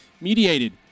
mediated